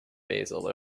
basil